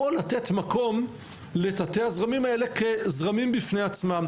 או לתת מקום לתתי הזרמים האלה כזרמים בפני עצמם.